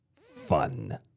fun